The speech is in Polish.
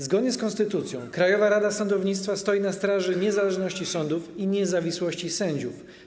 Zgodnie z konstytucją Krajowa Rada Sądownictwa stoi na straży niezależności sądów i niezawisłości sędziów.